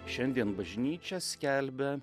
šiandien bažnyčia skelbia